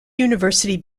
university